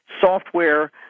software